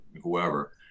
whoever